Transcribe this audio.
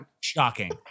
shocking